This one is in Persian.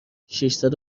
ششصد